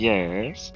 Yes